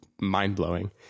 mind-blowing